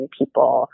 people